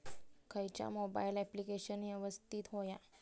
खयचा mobile application यवस्तित होया?